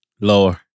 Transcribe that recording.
Lower